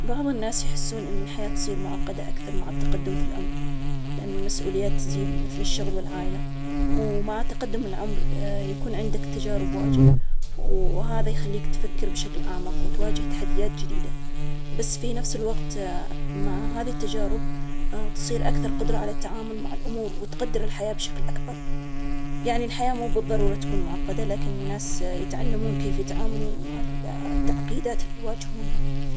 نعم الحياة ممكن تصبح أكثر تعقيد مع التقدم في العمر, فنحن كل ما كبرنا تواجهنا مسؤوليات أكبر, مثل العمل, والأسرة, كمان تتزايد التحديات, مثل, الصحة, والقرارات المهمة فحياتنا, لكن فنفس الوقت, التجارب تعلمنا, إنا نتعامل مع هذه التعقيدات, المهم نواجه التحديات بإيجابية وستفيد.